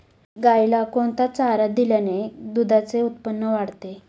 गाईला कोणता चारा दिल्याने दुधाचे उत्पन्न वाढते?